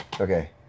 Okay